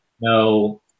no